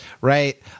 right